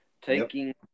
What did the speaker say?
taking